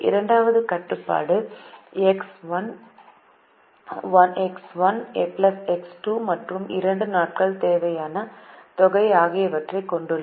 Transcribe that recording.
இரண்டாவது கட்டுப்பாடு X 1 X 2 மற்றும் இரண்டு நாட்கள் தேவைக்கான தொகை ஆகியவற்றைக் கொண்டுள்ளது